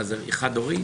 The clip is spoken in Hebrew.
חד-הורי?